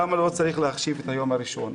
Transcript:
למה לא צריך להחשיב את היום הראשון?